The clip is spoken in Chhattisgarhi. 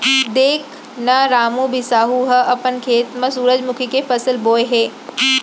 देख न रामू, बिसाहू ह अपन खेत म सुरूजमुखी के फसल बोय हे